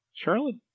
Charlotte